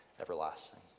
everlasting